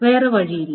വേറെ വഴിയില്ല